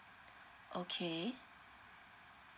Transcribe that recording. okay